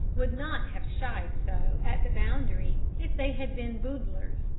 would not have shied so at the boundary if they had been boodlers,